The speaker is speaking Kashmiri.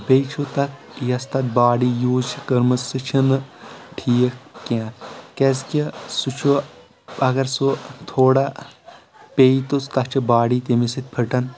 بییٚہِ چھُ تتھ یۄس تتھ باڈی یوز چھِ کٔرمٕژ سُہ چھنہٕ ٹھیک کینٛہہ کیازِ کہِ سُہ چھُ اگر سُہ تھوڑا پیٚیہِ تہٕ تتھ چھِ باڈی تمی سۭتۍ پھٕٹن